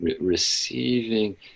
receiving